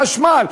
חשמל.